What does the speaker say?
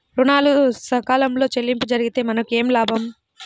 ఋణాలు సకాలంలో చెల్లింపు జరిగితే మనకు ఏమి లాభం?